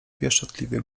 pieszczotliwie